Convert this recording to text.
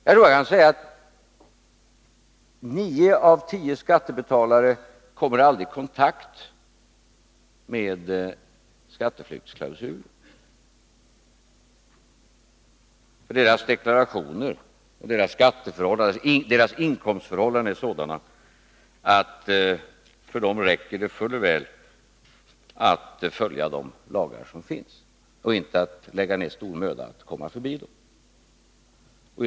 Jag tror att jag kan säga att nio av tio skattebetalare aldrig kommer i kontakt med skatteflyktsklausulen. Deras deklarationer och inkomstförhållanden är sådana att det för dem räcker fuller väl att följa de lagar som finns utan att lägga ner stor möda på att komma förbi dem.